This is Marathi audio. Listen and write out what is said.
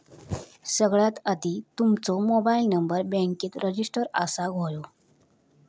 सगळ्यात आधी तुमचो मोबाईल नंबर बॅन्केत रजिस्टर असाक व्हयो